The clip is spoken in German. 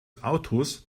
autos